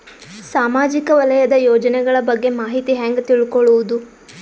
ಸಾಮಾಜಿಕ ವಲಯದ ಯೋಜನೆಗಳ ಬಗ್ಗೆ ಮಾಹಿತಿ ಹ್ಯಾಂಗ ತಿಳ್ಕೊಳ್ಳುದು?